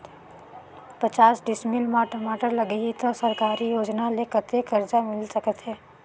पचास डिसमिल मा टमाटर लगही त सरकारी योजना ले कतेक कर्जा मिल सकथे?